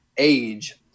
age